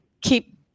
keep